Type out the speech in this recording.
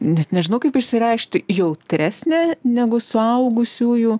net nežinau kaip išsireikšti jautresnė negu suaugusiųjų